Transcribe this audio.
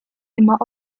immer